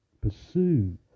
pursue